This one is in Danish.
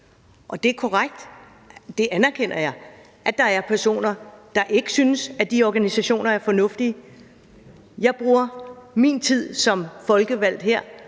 Det er korrekt – det anerkender jeg – at der er personer, der ikke synes, at de organisationer er fornuftige. Jeg bruger min tid som folkevalgt her